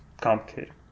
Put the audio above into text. Complicated